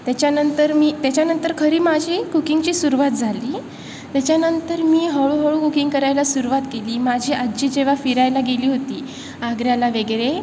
त्याच्यानंतर मी त्याच्यानंतर खरी माझी कुकिंगची सुरुवात झाली त्याच्यानंतर मी हळूहळू उकिंग करायला सुरवात केली माझी आजी जेव्हा फिरायला गेली होती आग्र्याला वगैरे